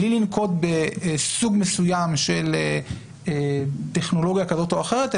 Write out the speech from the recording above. בלי לנקוט בסוג מסוים של טכנולוגיה כזאת או אחרת,